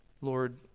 Lord